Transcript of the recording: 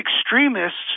extremists